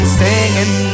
singing